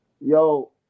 Yo